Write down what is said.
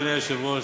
אדוני היושב-ראש,